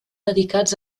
dedicats